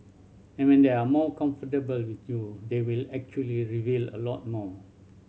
and when they are more comfortable with you they will actually reveal a lot more